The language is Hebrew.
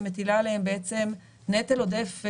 שמטילה עליהם בעצם נטל עודף,